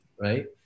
right